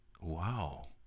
wow